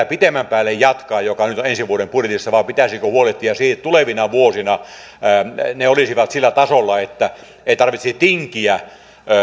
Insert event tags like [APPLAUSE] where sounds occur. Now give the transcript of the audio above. [UNINTELLIGIBLE] pitemmän päälle jatkaa tällä tiellä joka nyt on ensi vuoden budjetissa vai pitäisikö huolehtia siitä että tulevina vuosina ne olisivat sillä tasolla että ei tarvitsisi tinkiä